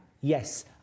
Yes